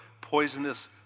poisonous